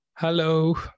Hello